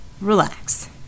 Relax